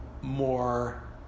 more